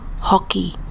hockey